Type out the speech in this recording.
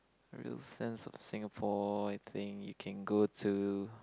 real sense of Singapore I think you can go to